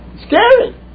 Scary